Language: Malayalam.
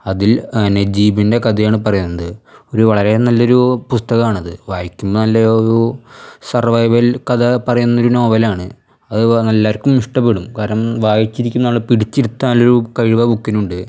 അതിൽ നജീബിന്റെ കഥയാണ് പറയുന്നത് ഒരു വളരെ നല്ലൊരു പുസ്തകമാണത് വായിക്കുമ്പം നല്ല ഒരു സര്വൈവല് കഥ പറയുന്ന ഒരു നോവലാണ് അത് എല്ലാവര്ക്കും ഇഷ്ടപ്പെടും കാരണം വായിച്ചിരിക്കുന്ന ആളെ പിടിച്ചിരുത്താനൊരു കഴിവ് ആ ബൂക്കിനുണ്ട്